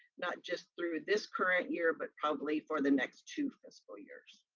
not just through this current year, but probably for the next two fiscal years.